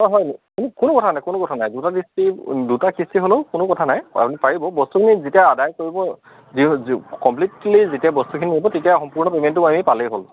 হয় হয় কো কোনো কথা নাই কোনো কথা নাই দুটা কিস্তি দুটা কিস্তি হ'লেও কোনো কথা নাই আপুনি পাৰিব বস্তুখিনি যেতিয়া আদায় কৰিব যি যি কম্পলিটলি যেতিয়া বস্তুখিনি আহিব তেতিয়া সম্পূৰ্ণ পে'মেণ্টো আমি পালেই হ'ল